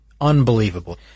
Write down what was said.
Unbelievable